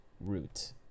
root